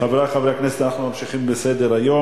חברי חברי הכנסת, אנחנו ממשיכים בסדר-היום.